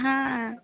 ಹಾಂ